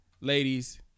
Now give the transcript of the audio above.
ladies